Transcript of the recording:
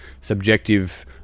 subjective